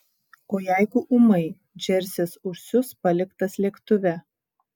o jeigu ūmai džersis užsius paliktas lėktuve